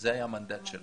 המנדט שלה.